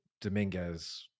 Dominguez